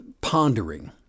pondering